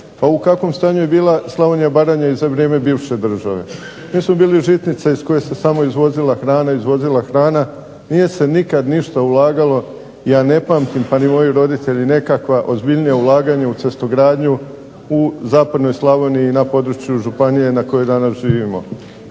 pa u kakvom stanju je bila Slavonija i Baranja za vrijeme bivše države. To su bile žitnice iz koje se samo izvozila hrana, nije se nikada ništa ulagalo, ja ne pamtim pa ni moji roditelji nekakva ulaganja u cestogradnju u zapadnoj Slavoniji i na području županije u kojoj danas živimo.